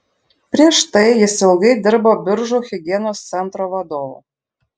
prieš tai jis ilgai dirbo biržų higienos centro vadovu